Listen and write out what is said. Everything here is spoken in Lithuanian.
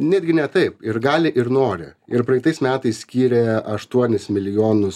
netgi ne taip ir gali ir nori ir praeitais metais skyrė aštuonis milijonus